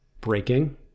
breaking